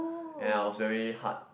and I was very heart